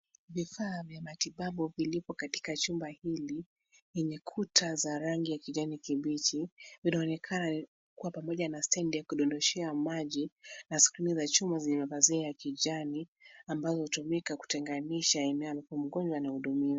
Vifaa vya matibabu vilivyo katika chumba hili, enye kuta za rangi ya kijani kibichi, vinaonekana kuwa pamoja na stendi ya kudondoshea maji na skrini za chuma zenye mavazi ya kijani ambazo hutumika kutenganisha eneo ambapo mgonjwa anahudumiwa.